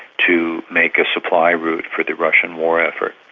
to make a supply route for the russian war effort.